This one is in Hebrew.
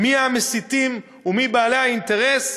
מי המסיתים ומי בעלי האינטרס?